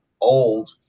old